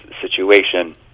situation